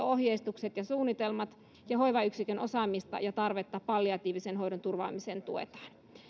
ohjeistukset ja suunnitelmat ja hoivayksikön osaamista ja tarvetta palliatiivisen hoidon turvaamiseen tuetaan